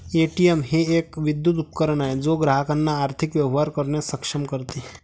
ATM हे एक विद्युत उपकरण आहे जे ग्राहकांना आर्थिक व्यवहार करण्यास सक्षम करते